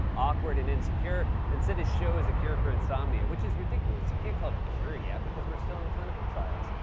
awkward, and insecure, and said, his show is a cure for insomnia, which is ridiculous. you can't call it a cure yet because we're still in clinical trials.